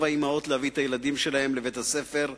האמהות להביא את הילדים שלהם לבית-הספר,